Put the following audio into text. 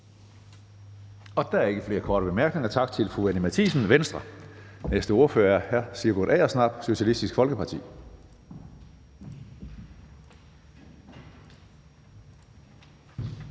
Der er ikke flere korte bemærkninger, så tak til fru Anni Matthiesen, Venstre. Næste ordfører er hr. Sigurd Agersnap, Socialistisk Folkeparti.